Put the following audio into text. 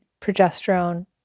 progesterone